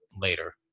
later